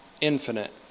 infinite